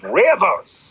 rivers